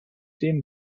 dem